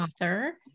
author